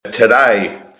Today